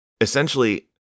Essentially